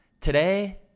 today